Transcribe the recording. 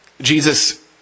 Jesus